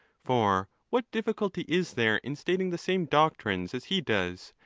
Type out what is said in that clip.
for what diffi culty is there in stating the same doctrines as he does,